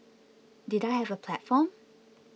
did I have a platform